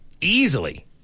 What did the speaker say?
Easily